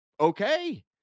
okay